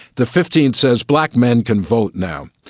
the fifteenth says black men can vote now.